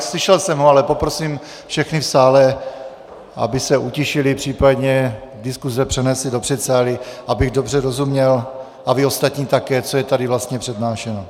Slyšel jsem, ale poprosím všechny v sále, aby se utišili, případně diskuze přenesli do předsálí, abych dobře rozuměl, a vy ostatní také, co je tady vlastně přednášeno.